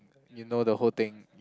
you know the whole thing